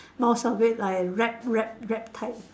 most of it like rap rap rap type